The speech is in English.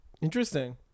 Interesting